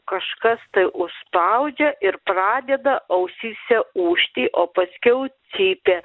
kažkas tai užspaudžia ir pradeda ausyse ūžti o paskiau cypia